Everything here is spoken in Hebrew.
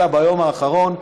22:00 בלילה האחרון,